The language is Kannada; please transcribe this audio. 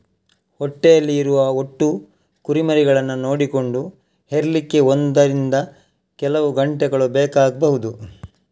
ಹೊಟ್ಟೆಯಲ್ಲಿ ಇರುವ ಒಟ್ಟು ಕುರಿಮರಿಗಳನ್ನ ನೋಡಿಕೊಂಡು ಹೆರ್ಲಿಕ್ಕೆ ಒಂದರಿಂದ ಕೆಲವು ಗಂಟೆಗಳು ಬೇಕಾಗ್ಬಹುದು